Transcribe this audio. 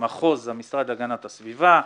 מחוז המשרד להגנת הסביבה,